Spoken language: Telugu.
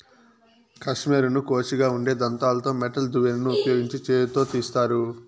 కష్మెరెను కోషిగా ఉండే దంతాలతో మెటల్ దువ్వెనను ఉపయోగించి చేతితో తీస్తారు